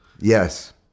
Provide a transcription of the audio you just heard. Yes